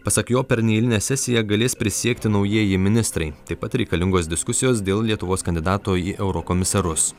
pasak jo per neeilinę sesiją galės prisiekti naujieji ministrai taip pat reikalingos diskusijos dėl lietuvos kandidato į eurokomisarus